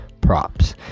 props